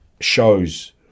shows